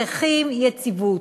צריכים יציבות.